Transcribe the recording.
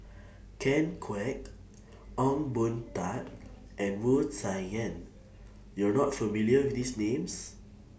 Ken Kwek Ong Boon Tat and Wu Tsai Yen YOU Are not familiar with These Names